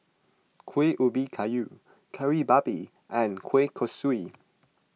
Kuih Ubi Kayu Kari Babi and Kueh Kosui